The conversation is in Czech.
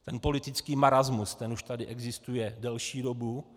Ten politický marasmus, ten už tady existuje delší dobu.